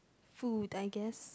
food I guess